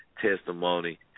Testimony